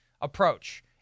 approach